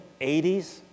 80s